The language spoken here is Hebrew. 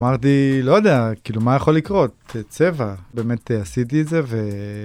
אמרתי, "לא יודע, כאילו, מה יכול לקרות? צבע...". באמת, עשיתי את זה ו...